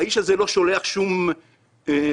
האיש הזה לא שולח שום מסרים.